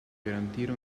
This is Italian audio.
garantire